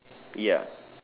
ya